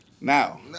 Now